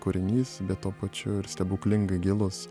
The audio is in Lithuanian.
kūrinys bet tuo pačiu ir stebuklingai gilus